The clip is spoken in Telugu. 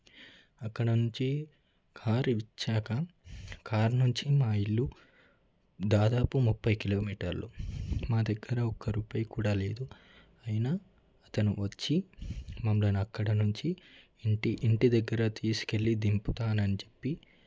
అక్కడ నుంచి కారు ఇచ్చాక కారు నుంచి మా ఇల్లు దాదాపు ముప్పై కిలోమీటర్లు మా దగ్గర ఒక్క రూపాయి కూడా లేదు అయినా అతను వచ్చి మమ్మల్ని అక్కడ నుంచి ఇంటి ఇంటి దగ్గర తీసుకెళ్ళి దింపుతానని చెప్పి